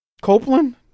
Copeland